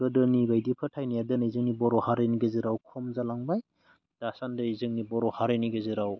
गोदोनि बायदि फोथायनाया दिनैनि बर' हारिनि गेजेराव खम जालांबाय दासान्दि जोंनि बर' हारिनि गेजेराव